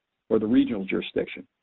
or the regional jurisdiction.